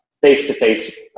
face-to-face